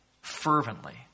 fervently